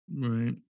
right